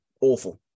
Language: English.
awful